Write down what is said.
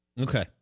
Okay